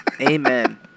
Amen